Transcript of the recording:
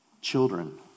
Children